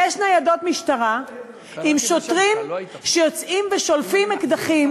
שש ניידות משטרה עם שוטרים שיוצאים ושולפים אקדחים,